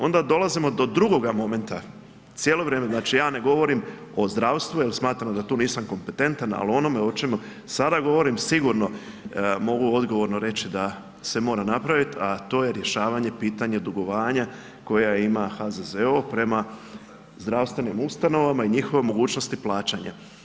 Onda dolazimo do drugoga momenta, cijelo vrijeme, znači ja ne govorim o zdravstvu jer smatram da tu nisam kompetentan, ali onome o čemu sada govorim sigurno mogu odgovorno reći da se mora napraviti, a to je rješavanje pitanja dugovanja koja ima HZZO prema zdravstvenim ustanovama i njihova mogućnosti plaćanja.